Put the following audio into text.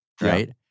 Right